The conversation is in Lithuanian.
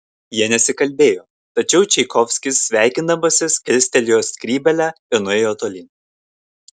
jie nesikalbėjo tačiau čaikovskis sveikindamasis kilstelėjo skrybėlę ir nuėjo tolyn